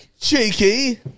Cheeky